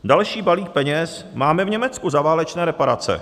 Další balík peněz máme v Německu za válečné reparace.